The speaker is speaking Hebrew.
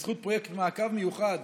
ובזכות פרויקט מעקב מיוחד